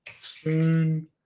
Spoon